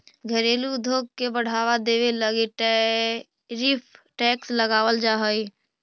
घरेलू उद्योग के बढ़ावा देवे लगी टैरिफ टैक्स लगावाल जा हई